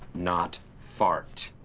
not fart.